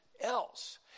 else